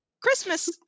Christmas